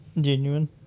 Genuine